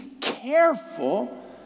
careful